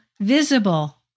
visible